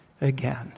again